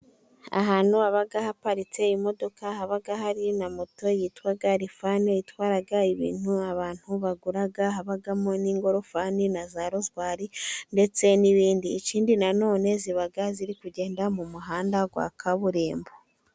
Ahantu haba haparitse imodoka, haba hari na moto yitwa rifani, itwara ibintu abantu bagura, habamo n'ingorofani na za rozwari ndetse n'ibindi, ikindi nanone ziba ziri kugenda, mu muhanda wa kaburimbo.